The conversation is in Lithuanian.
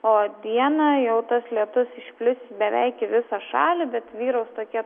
o dieną jau tas lietus išplis beveik į visą šalį bet vyraus tokie